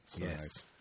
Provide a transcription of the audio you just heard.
Yes